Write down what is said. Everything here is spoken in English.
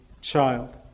child